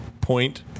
point